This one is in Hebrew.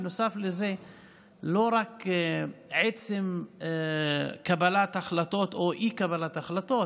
נוסף לזה יש לא רק קבלת החלטות או אי-קבלת החלטות.